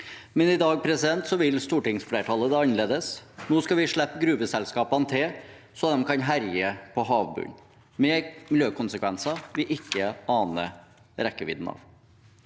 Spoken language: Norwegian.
men i dag vil stortingsflertallet det annerledes. Nå skal vi slippe gruveselskapene til, så de kan herje på havbunnen – med miljøkonsekvenser vi ikke aner rekkevidden av.